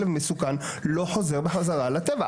כלב מסוכן לא חוזר בחזרה לטבע.